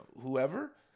whoever